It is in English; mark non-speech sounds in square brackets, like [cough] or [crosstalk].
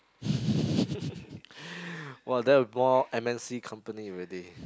[laughs] !wah! that more m_n_c company already